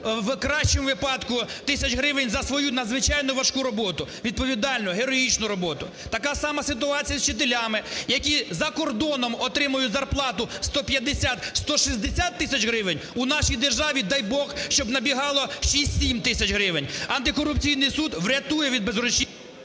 в кращому випадку, тисяч гривень за свою надзвичайно важку роботу, відповідальну, героїчну роботу. Така сама ситуація з вчителями, які за кордоном отримують зарплату в 150-160 тисяч гривень, у нашій державі, дай Бог, щоб набігало 6-7 тисяч гривень. Антикорупційній суд врятує від безгрошів'я…